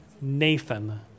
Nathan